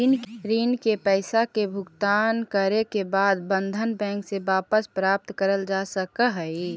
ऋण के पईसा के भुगतान करे के बाद बंधन बैंक से वापस प्राप्त करल जा सकऽ हई